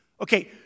Okay